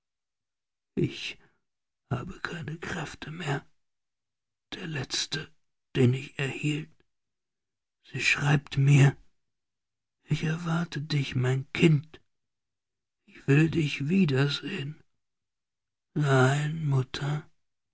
ich habe keine kräfte mehr der letzte den ich erhielt sie schreibt mir ich erwarte dich mein kind ich will dich wiedersehen nein mutter